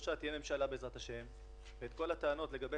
שלושה תהיה ממשלה בעזרת השם ואת כל הטענות לגבי